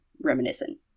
reminiscent